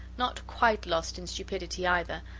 not quite lost in stupidity either,